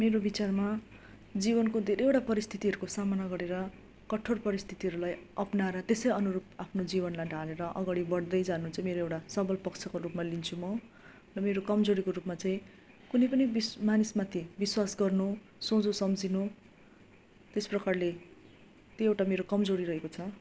मेरो विचारमा जीवनको धेरैवटा परिस्थितिहरूको सामना गरेर कठोर परिस्थितिहरूलाई अप्नाएर त्यसै अनुरूप आफ्नो जीवनलाई ढालेर अघाडि बढ्दै जानु चाहिँ मेरो एउटा सबल पक्षको रूपमा लिन्छु म र मेरो कमजोरीको रूपमा चाहिँ कुनै पनि बिस मानिसमाथि विश्वास गर्नु सोझो सम्झनु त्यस प्रकारले त्यो एउटा मेरो कमजोरी रहेको छ